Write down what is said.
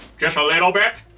just a little bit?